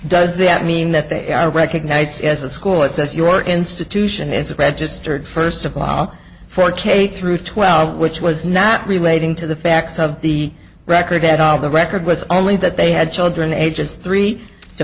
does that mean that they are recognised as a school that says your institution is registered first to file for a cake through twelve which was not relating to the facts of the record at all the record was only that they had children ages three to